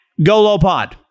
Golopod